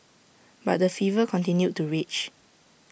but the fever continued to rage